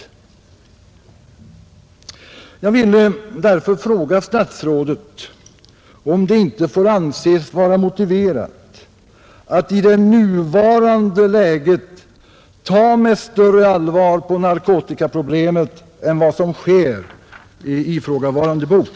Jag vill därför fråga statsrådet om det inte får anses motiverat i det nuvarande läget att ta med större allvar på narkotikaproblemet än vad som sker i ifrågavarande studiebok.